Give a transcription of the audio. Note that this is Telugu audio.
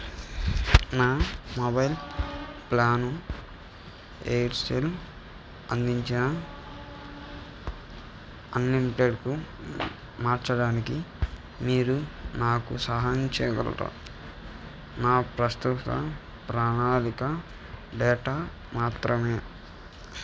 నా మొబైల్ ప్లాను ఎయిర్సెల్ అందించిన ఆన్లిమిటెడ్కు మార్చడానికి మీరు నాకు సహాయం చేయగలరా నా ప్రస్తుత ప్రణాళిక డేటా మాత్రమే